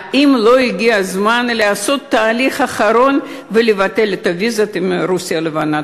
האם לא הגיע הזמן לעשות תהליך אחרון ולבטל את הוויזות עם רוסיה הלבנה?